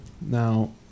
Now